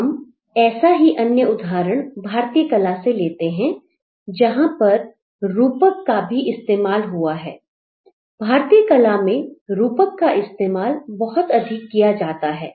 हम एक ऐसा ही अन्य उदाहरण भारतीय कला से लेते हैं जहां पर रूपक का भी इस्तेमाल हुआ है भारतीय कला में रूपक का इस्तेमाल बहुत अधिक किया जाता है